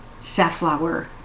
safflower